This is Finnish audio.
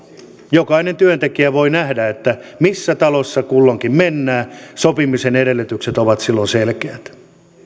jokainen työntekijä voi nähdä missä talossa kulloinkin mennään sopimisen edellytykset ovat silloin selkeät